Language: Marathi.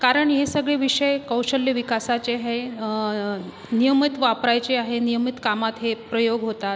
कारण हे सगळे विषय कौशल्य विकासाचे आहे नियमित वापरायचे आहे नियमित कामात हे प्रयोग होतात